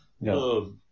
No